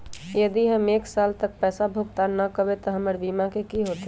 यदि हम एक साल तक पैसा भुगतान न कवै त हमर बीमा के की होतै?